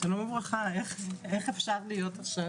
שלום וברכה, איך אפשר להיות עכשיו?